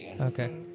Okay